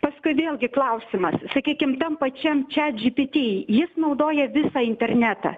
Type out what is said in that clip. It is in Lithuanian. paskui vėlgi klausimas sakykim tam pačiam čiat džipiti jis naudoja visą internetą